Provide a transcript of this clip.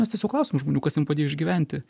mes tiesiog klausėm žmonių kas jiem padėjo išgyventi